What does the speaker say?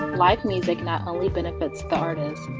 live music not only benefits the artist,